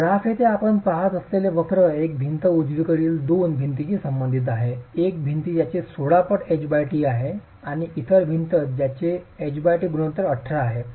तर ग्राफ येथे आपण पहात असलेले वक्र एक भिंत उजवीकडील किंवा 2 भिंतीशी संबंधित आहेत एक भिंत ज्याचे 16 पट h t आहे आणि इतर भिंत ज्याचे ht गुणोत्तर 18 आहे